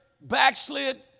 backslid